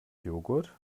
joghurt